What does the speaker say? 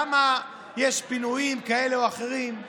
למה יש פינויים כאלה או אחרים.